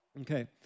okay